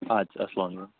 اَدٕ سا اَلسلامُ